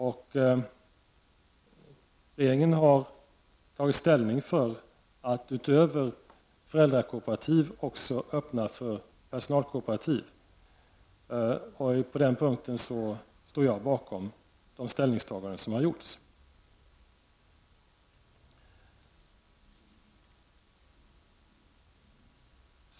Rege ringen har tagit ställning för att utöver föräldrakooperativ också öppna för personalkooperativ. På den punkten står jag bakom de ställningstaganden som har gjorts.